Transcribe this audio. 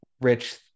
rich